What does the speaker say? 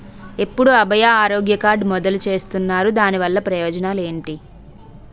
ఎప్పుడు అభయ ఆరోగ్య కార్డ్ మొదలు చేస్తున్నారు? దాని వల్ల ప్రయోజనాలు ఎంటి?